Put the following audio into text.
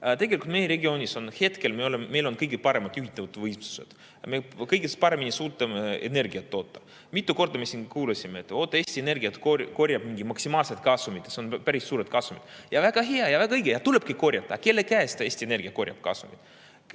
Tegelikult meie regioonis on meil hetkel kõige paremad juhitavad võimsused. Me suudame kõige paremini energiat toota. Mitu korda me siin kuulsime, et Eesti Energia korjab mingit maksimaalset kasumit, see on päris suur kasum. Ja väga hea ja väga õige, tulebki korjata! Aga kelle käest Eesti Energia korjab kasumit?